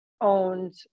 owned